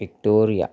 victoria